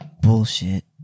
bullshit